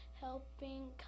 helping